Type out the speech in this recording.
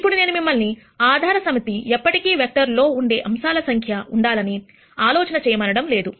ఇప్పుడు నేను మిమ్మల్ని ఆధార సమితి ఎప్పటికీ వెక్టర్ లో ఉండే అంశాల సంఖ్య ఉండాలని ఆలోచన చేయమనడం లేదు